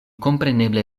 kompreneble